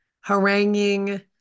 haranguing